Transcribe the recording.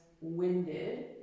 winded